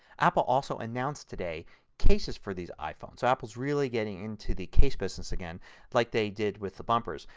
apple also announced today cases for these iphones. so apple is really getting into the case business again like they did with the bumpers.